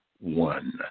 one